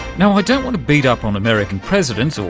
now, i don't want to beat up on american presidents,